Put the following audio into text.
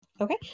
Okay